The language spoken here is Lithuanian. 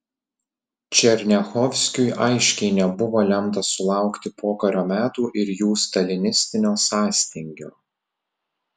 černiachovskiui aiškiai nebuvo lemta sulaukti pokario metų ir jų stalinistinio sąstingio